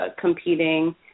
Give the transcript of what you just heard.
competing